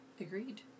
Agreed